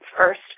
first